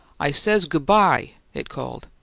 i says goo'-bye! it called.